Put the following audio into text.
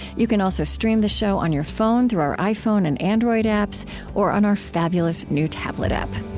you can also stream this show on your phone through our iphone and android apps or on our fabulous new tablet app